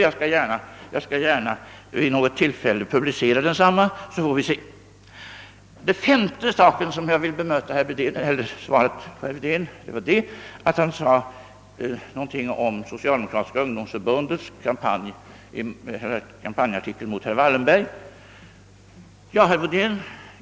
Jag skall gärna vid något tillfälle publicera förteckningen. Den femte punkt, där jag vill bemöta herr Wedén, är uttalandet om det socialdemokratiska ungdomsförbundets kampanjartikel mot herr Wallenberg.